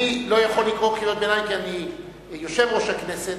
אני לא יכול לקרוא קריאות ביניים כי אני יושב-ראש הכנסת,